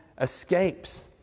escapes